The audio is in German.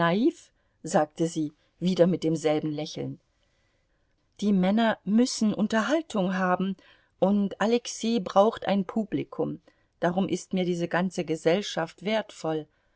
sagte sie wieder mit demselben lächeln die männer müssen unterhaltung haben und alexei braucht ein publikum darum ist mir diese ganze gesellschaft wertvoll